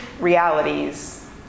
realities